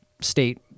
state